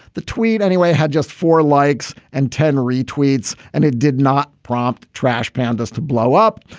the tweet. anyway, it had just four likes and ten retweets and it did not prompt trash pandas to blow up.